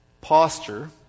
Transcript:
posture